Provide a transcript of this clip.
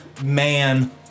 man